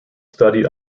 studied